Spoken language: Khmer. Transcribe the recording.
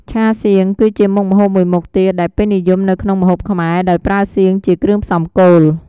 ឆាសៀង គឺជាមុខម្ហូបមួយមុខទៀតដែលពេញនិយមនៅក្នុងម្ហូបខ្មែរ ដោយប្រើសៀង ជាគ្រឿងផ្សំគោល។